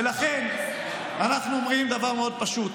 ולכן אנחנו אומרים דבר מאוד פשוט: